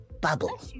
bubble